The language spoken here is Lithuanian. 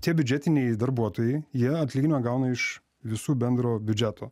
tie biudžetiniai darbuotojai jie atlyginimą gauna iš visų bendro biudžeto